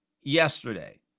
yesterday